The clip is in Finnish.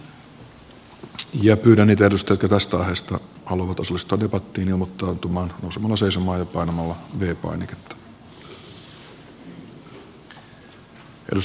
pyydän niitä edustajia jotka tästä aiheesta haluavat osallistua debattiin ilmoittautumaan nousemalla seisomaan ja painamalla v painiketta